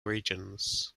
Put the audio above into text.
regions